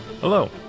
Hello